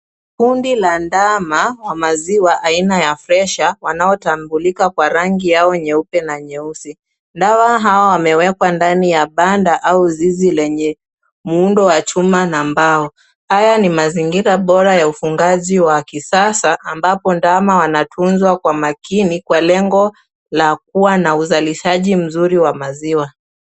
Kundi la ndama ya maziwa aina ya fresha wanaotambulika kwa rangi yao nyeupe na nyeusi. Ndama hawa wamewekwa ndani ya banda au zizi lenye muundo wa chuma na mbao. Haya ni mazingira bora ya ufugaji wa kisasa ambapo ndama wanatunzwa kwa makini kwa lengo la kuwa na uzalishaji mzuri wa maziwa.